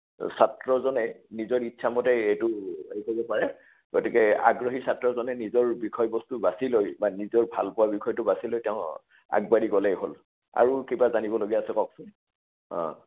ছাত্ৰজনে নিজৰ ইচ্ছামতে এইটো হেৰি কৰিব পাৰে গতিকে আগ্ৰহী ছাত্ৰজনে নিজৰ বিষয়বস্তু বাছি লৈ বা নিজৰ ভালপোৱা বিষয়টো বাছি লৈ তেওঁ আগবাঢ়ি গ'লেই হ'ল আৰু কিবা জানিবলগীয়া আছে কওকচোন